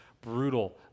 brutal